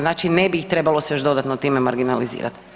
Znači ne bi ih trebalo se još dodatno time marginalizirati.